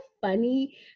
funny